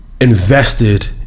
invested